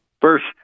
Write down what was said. First